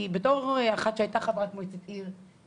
כי בתור אחת שהיתה חברת מועצת עיר,